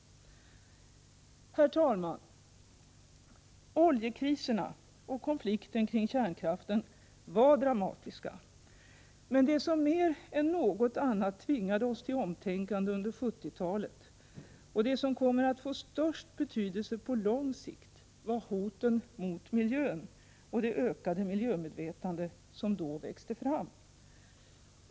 Herr talman! Oljekriserna och konflikten kring kärnkraften var dramatiska händelser. Men det som mer än något annat tvingade-oss till omtänkande under 1970-talet och det som kommer att få störst betydelse på lång sikt var hoten mot miljön och det ökade miljömedvetande som då växte fram.